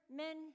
men